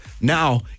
Now